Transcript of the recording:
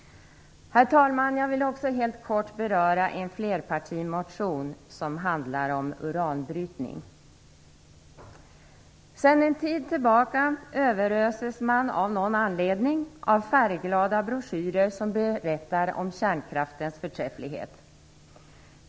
Herr talman! Jag vill också helt kort beröra en flerpartimotion som handlar om uranbrytning. Sedan en tid tillbaka överöses man av någon anledning av färglada broschyrer som berättar om kärnkraftens förträfflighet.